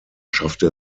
schaffte